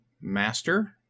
Master